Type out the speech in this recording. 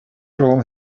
role